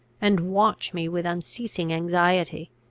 and watch me with unceasing anxiety.